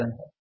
20 ton है